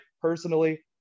personally